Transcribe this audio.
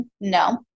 No